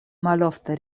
malofte